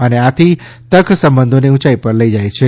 અને આથી તક સંબંધોને ઉંચાઈ પર લઈ જાય છે